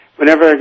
Whenever